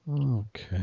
okay